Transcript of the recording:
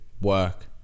work